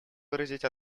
выразить